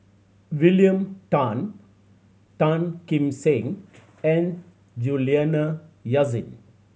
William Tan Tan Kim Seng and Juliana Yasin